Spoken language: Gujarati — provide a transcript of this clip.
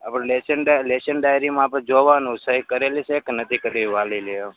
આપણે લેશન લેશન ડાયરીમાં આપણે જોવાનું સહી કરેલી છે કે નથી કરેલી વાલીએ